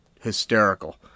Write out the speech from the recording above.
hysterical